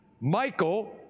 Michael